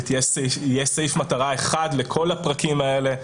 ויהיה סעיף מטרה אחד לכל הפרקים האלה.